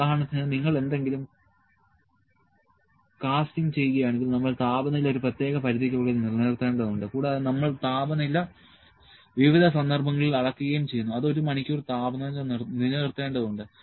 ഉദാഹരണത്തിന് നിങ്ങൾ എന്തെങ്കിലും കാസ്റ്റിംഗ് ചെയ്യുകയാണെങ്കിൽ നമ്മൾ താപനില ഒരു പ്രത്യേക പരിധിക്കുള്ളിൽ നിലനിർത്തേണ്ടതുണ്ട് കൂടാതെ നമ്മൾ താപനില വിവിധ സന്ദർഭങ്ങളിൽ അളക്കുകയും ചെയ്യുന്നു അത് ഒരു മണിക്കൂർ താപനില നിലനിർത്തേണ്ടതുണ്ട്